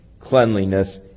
cleanliness